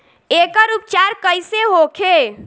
एकर उपचार कईसे होखे?